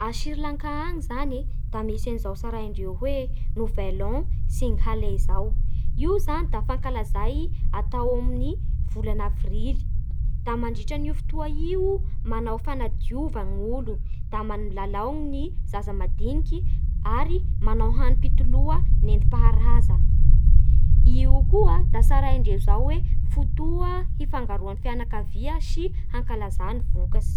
A Sri Lanka any zany sa misy an zany tsarandreo hoe nouvel an sinhala zao Io zany da fankalazay atao amin'ny volana avrily, da mandritranio fotoa io manao fanadiova ny olo Da milalao ny zaza madiniky ary manao hanim-pitoloha entim-paharaza Io koa da tsaraindreo zao hoe fotoa hifangaroan'ny fianakavia sy hankalaza ny vokatsy